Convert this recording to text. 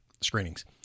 screenings